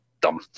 dumb